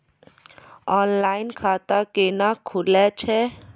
Online खाता केना खुलै छै?